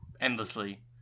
endlessly